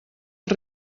els